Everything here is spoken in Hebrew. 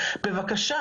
בבקשה,